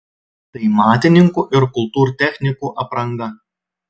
tai matininkų ir kultūrtechnikų apranga